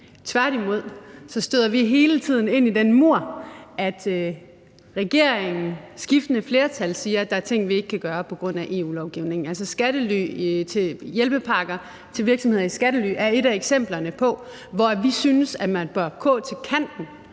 Tværtimod støder vi hele tiden ind i den mur, i forhold til at regeringen med skiftende flertal siger, at der er ting, vi ikke kan gøre på grund af EU-lovgivningen. Altså, hjælpepakker til virksomheder i skattely er et af eksemplerne på det, hvor vi synes, at man bør gå til kanten